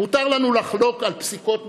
מותר לנו לחלוק על פסיקות בג"ץ,